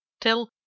till